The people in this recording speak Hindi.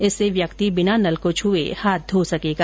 इससे व्यक्ति बिना नल को छए हाथ धो सकेगा